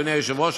אדוני היושב-ראש,